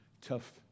tough